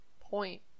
point